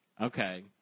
Okay